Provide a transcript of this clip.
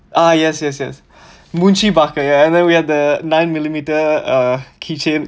ah yes yes yes munshi barker and then we had the nine millimeter uh key chain